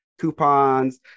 Coupons